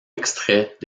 extraits